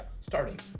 starting